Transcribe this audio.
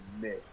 Miss